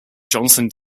johnson